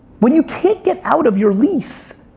when you can't get out of your lease,